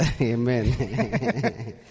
Amen